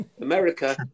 america